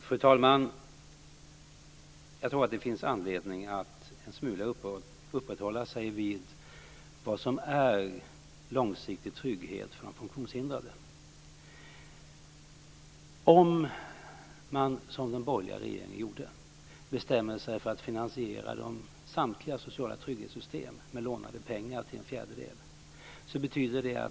Fru talman! Jag tror att det finns anledning att uppehålla sig en smula vid vad som är långsiktig trygghet för de funktionshindrade. Den borgerliga regeringen finansierade samtliga sociala trygghetssystem med lånade pengar till en fjärdedel.